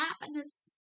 happiness